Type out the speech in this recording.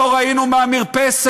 לא ראינו מהמרפסת,